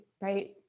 right